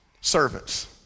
Servants